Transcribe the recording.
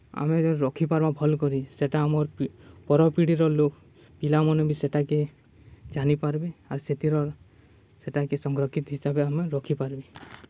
ଆମେ ଯଦି ରଖିପାର୍ମା ଭଲ୍ କରି ସେଟା ଆମର୍ ପର ପିଢ଼ିର ଲୋକ୍ ପିଲାମାନେ ବି ସେଟାକେ ଜାନିପାର୍ବେ ଆର୍ ସେଥିର ସେଟାକେ ସଂରକ୍ଷିତ୍ ହିସାବେ ଆମେ ରଖିପାର୍ବେ